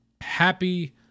Happy